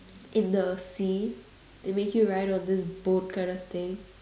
in the sea they make you ride on this boat kind of thing